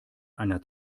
einer